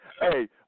Hey